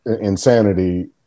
insanity